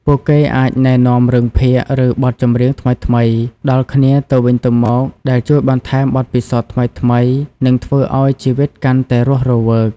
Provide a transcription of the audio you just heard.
ពួកគេអាចណែនាំរឿងភាគ ឬបទចម្រៀងថ្មីៗដល់គ្នាទៅវិញទៅមកដែលជួយបន្ថែមបទពិសោធន៍ថ្មីៗ និងធ្វើឲ្យជីវិតកាន់តែរស់រវើក។